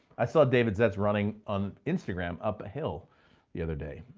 i saw david's ed running on instagram up a hill the other day.